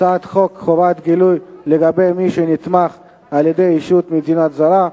הצעת חוק חובת גילוי לגבי מי שנתמך על-ידי ישות מדינית זרה,